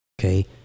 okay